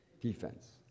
Defense